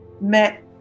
met